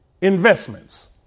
investments